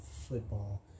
football